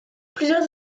plusieurs